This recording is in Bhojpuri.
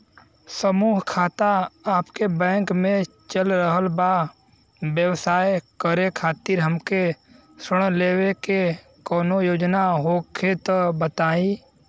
समूह खाता आपके बैंक मे चल रहल बा ब्यवसाय करे खातिर हमे ऋण लेवे के कौनो योजना होखे त बताई?